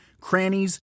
crannies